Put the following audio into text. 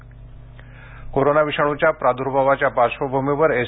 S T corona विषाणूच्या प्रदर्भावाच्या पार्श्वभूमीवर एस